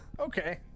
Okay